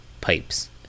Pipes